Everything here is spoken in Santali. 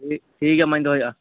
ᱴᱷᱤ ᱴᱷᱤᱠ ᱜᱮᱭᱟ ᱢᱟᱧ ᱫᱚᱦᱚᱭᱮᱜᱼᱟ